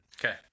Okay